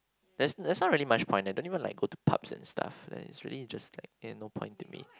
there's there's not really much point I don't even go to pubs and stuff and it's really just like no point to me